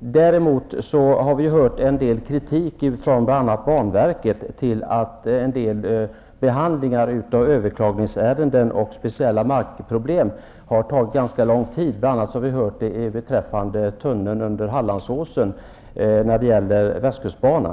Vi har dock kunnat höra en del kritik från bl.a. banverket av att behandlingen av överklagningsärenden och speciella markproblem har tagit ganska lång tid. Det gäller bl.a. beträffande tunneln under Hallandsåsen i anslutning till västkustbanan.